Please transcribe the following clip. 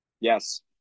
Yes